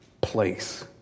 place